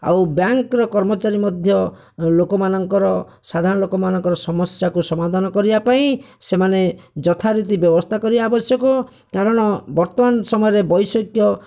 ଆଉ ବ୍ୟାଙ୍କର କର୍ମକାରୀ ମଧ୍ୟ ଲୋକମାନଙ୍କର ସାଧାରଣ ଲୋକମାନଙ୍କର ସମସ୍ୟାକୁ ସମାଧାନ କରିବା ପାଇଁ ସେମାନେ ଯଥାରିତି ବ୍ୟବସ୍ଥା କରିବା ଆବଶ୍ୟକ କାରଣ ବର୍ତ୍ତମାନ ସମୟରେ ବୈଷୟିକ